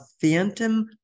phantom